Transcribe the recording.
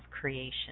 creation